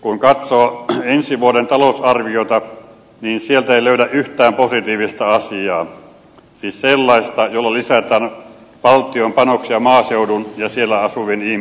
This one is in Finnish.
kun katsoo ensi vuoden talousarviota niin sieltä ei löydä yhtään positiivista asiaa siis sellaista jolla lisätään valtion panoksia maaseudun ja siellä asuvien ihmisten hyväksi